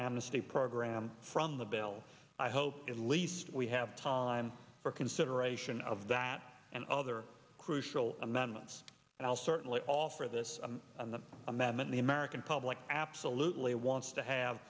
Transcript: amnesty program from the bill i hope at least we have time for consideration of that and other crucial amendments and i'll certainly offer this on the when the american public absolutely wants to have